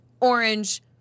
orange